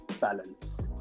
balance